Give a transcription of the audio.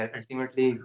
Ultimately